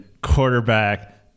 quarterback